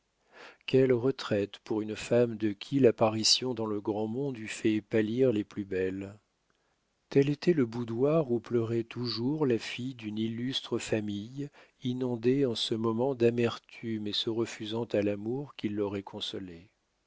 quelle retraite pour une femme de qui l'apparition dans le grand monde eût fait pâlir les plus belles tel était le boudoir où pleurait toujours la fille d'une illustre famille inondée en ce moment d'amertume et se refusant à l'amour qui l'aurait consolée